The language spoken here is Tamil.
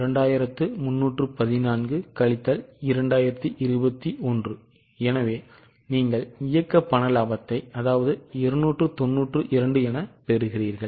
2314 கழித்தல் 2021 எனவே நீங்கள் இயக்க பண இலாபத்தை 292 என பெறுகிறீர்கள்